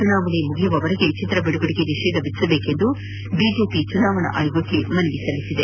ಚುನಾವಣೆ ಮುಗಿಯುವವರೆಗೆ ಚಿತ್ರ ಬಿಡುಗಡೆಗೆ ನಿಷೇಧ ವಿಧಿಸಬೇಕೆಂದು ಬಿಜೆಪಿ ಚುನಾವಣಾ ಆಯೋಗಕ್ಕೆ ಮನವಿ ಸಲ್ಲಿಸಿದೆ